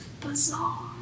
bizarre